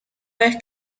vez